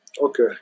Okay